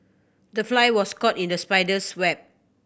the fly was caught in the spider's web